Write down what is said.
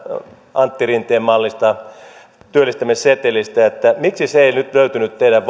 antti rinteen mallista työllistämissetelistä miksi se ei nyt löytynyt teidän